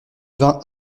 vin